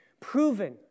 proven